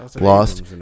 Lost